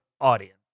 audience